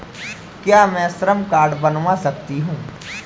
क्या मैं श्रम कार्ड बनवा सकती हूँ?